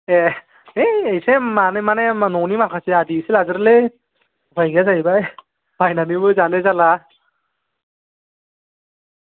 ए है एसे माने माने न'नि माखासे आदि इसे लादेरोलै मोनजाया जाहैबाय बायनानैबो जानाय जाला